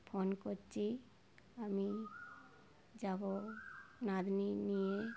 phone করছি আমি যাব নাতনির নিয়ে